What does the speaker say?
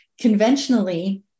Conventionally